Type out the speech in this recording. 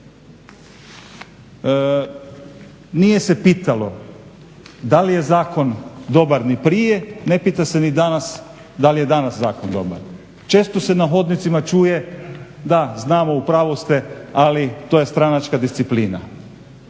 Nije se pitalo da li je zakon dobar ni prije, ne pita se ni danas da li je danas zakon dobar. Često se na hodnicima čuje da, znamo, u pravu ste, ali to je stranačka disciplina.